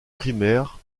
primaires